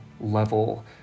level